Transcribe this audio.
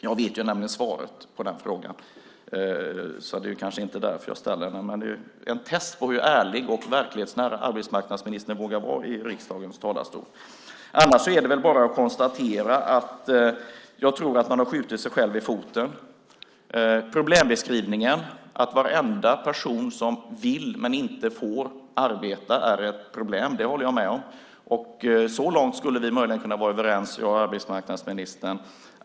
Jag vet nämligen svaret på den frågan. Det är inte därför jag ställer den. Men det är ett test på hur ärlig och verklighetsnära arbetsmarknadsministern vågar vara i riksdagens talarstol. Annars är det väl bara att konstatera att man har skjutit sig själv i foten. Beskrivningen att varenda person som vill men inte får arbeta är ett problem håller jag med om. Så långt skulle jag och arbetsmarknadsministern möjligen kunna vara överens.